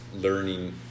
learning